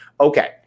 Okay